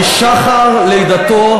משחר לידתו,